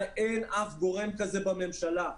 אין אף גורם כזה בממשלה.